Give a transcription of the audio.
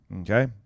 Okay